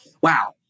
Wow